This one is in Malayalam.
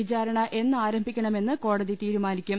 വിചാരണ എന്ന് ആരംഭിക്കണമെന്ന് കോടതി തീരുമാനിക്കും